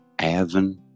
Avon